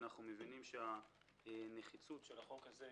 אנחנו מבינים שהנחיצות של החוק הזה,